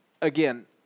again –